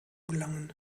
gelangen